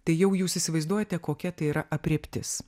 tai jau jūs įsivaizduojate kokia tai yra aprėptis